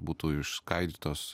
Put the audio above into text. būtų išskaidytos